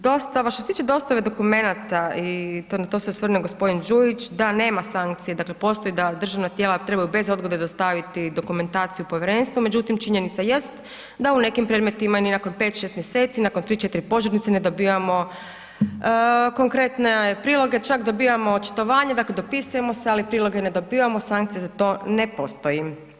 Dostava, što se tiče dostave dokumenata i to se osvrnuo i gospodin Đujić, da nema sankcije, dakle postoji da državna tijela trebaju bez odgode dostaviti dokumentaciju povjerenstvu, međutim činjenica jest da u nekim predmetima ni nakon 5-6 mjeseci, nakon 3-4 požurnice ne dobivamo konkretne priloge, čak dobivamo očitovanje, dakle dopisujemo se ali priloge ne dobivamo, sankcija za to ne postoji.